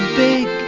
big